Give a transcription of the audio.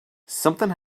something